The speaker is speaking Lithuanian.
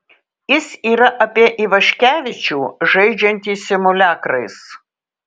jis yra apie ivaškevičių žaidžiantį simuliakrais